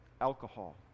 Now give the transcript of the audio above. alcohol